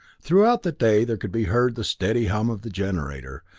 throughout the day there could be heard the steady hum of the generator,